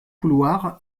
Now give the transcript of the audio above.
couloirs